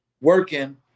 working